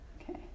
Okay